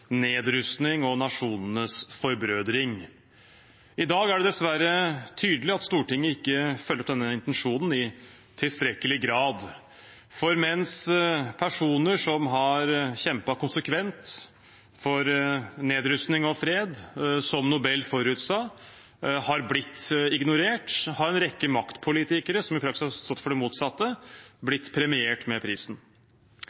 nedrustning og nasjonenes forbrødring. I dag er det dessverre tydelig at Stortinget ikke følger opp denne intensjonen i tilstrekkelig grad. For mens personer som har kjempet konsekvent for nedrustning og fred, som Nobel forutsatte, har blitt ignorert, har en rekke maktpolitikere, som i praksis har stått for det motsatte,